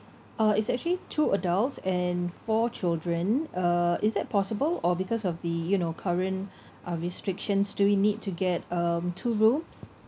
uh it's actually two adults and four children uh is that possible or because of the you know current uh restrictions do we need to get um two rooms